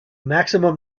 maximum